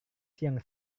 siang